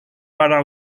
para